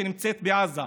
שנמצאת בעזה.